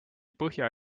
põhja